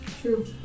True